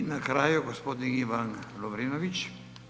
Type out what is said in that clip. I na kraju gospodin Ivan Lovrinović.